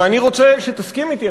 ואני רוצה שתסכים אתי,